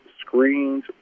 screens